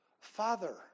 Father